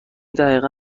دقیقا